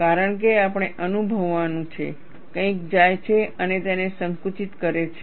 કારણ કે આપણે અનુભવવાનું છે કંઈક જાય છે અને તેને સંકુચિત કરે છે